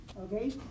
Okay